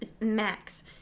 Max